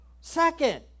Second